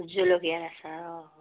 জলকীয়া আচাৰ অঁ